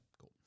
cool